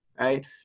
right